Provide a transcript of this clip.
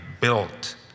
built